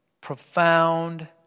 profound